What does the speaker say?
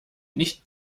nicht